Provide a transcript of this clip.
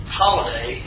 holiday